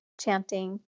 chanting